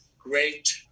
great